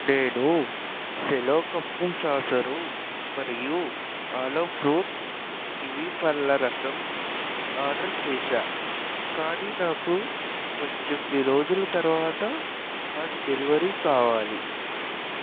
నేను Cello cup saucer మరియు అలో ఫ్రూట్ కివీ పళ్ళ రసం ఆర్డర్ చేశాను కానీ నాకు పద్దెనిమిది రోజుల తరువాత వాటి డెలివరీ కావాలి